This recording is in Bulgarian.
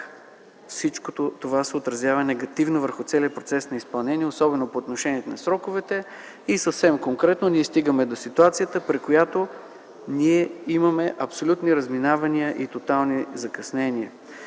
всичко това се отразява негативно върху целия процес на изпълнение, особено по отношение на сроковете. Съвсем конкретно, стигаме до ситуацията, при която имаме абсолютни разминавания и тотални закъснения.